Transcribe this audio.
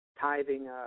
tithing